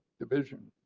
division,